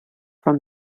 from